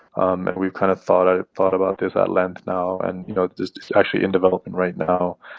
um and we've kind of thought ah thought about this at length now. and, you know, this is actually in development right now.